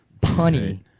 punny